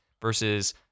versus